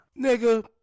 Nigga